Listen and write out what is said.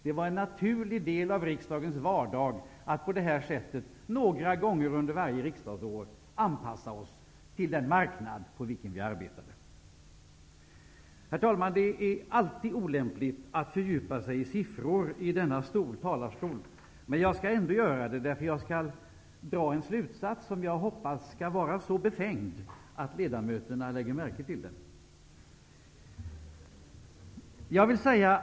Det var en naturlig del av riksdagens vardag att några gånger under varje riksdagsår på det här sättet anpassa oss till den marknad på vilken vi arbetade. Herr talman! Det är alltid olämpligt att fördjupa sig i siffror i denna talarstol. Jag skall ändock göra det, eftersom jag skall dra en slutsats som jag hoppas är så befängd att ledamöterna lägger märke till den.